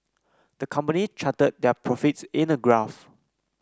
the company charted their profits in a graph